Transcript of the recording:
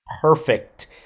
perfect